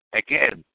again